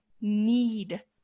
need